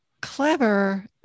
clever